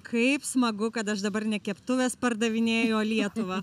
kaip smagu kad aš dabar ne keptuves pardavinėju o lietuvą